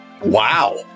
Wow